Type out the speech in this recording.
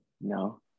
No